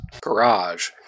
garage